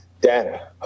data